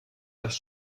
das